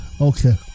Okay